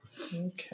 Okay